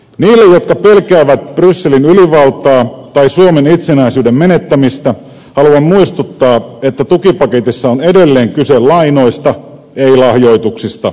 niille jotka pelkäävät brysselin ylivaltaa tai suomen itsenäisyyden menettämistä haluan muistuttaa että tukipaketissa on edelleen kyse lainoista ei lahjoituksista